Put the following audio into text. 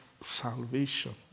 salvation